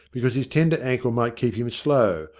because his tender ankle might keep him slow,